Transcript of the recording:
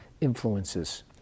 influences